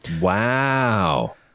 wow